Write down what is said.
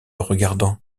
regardant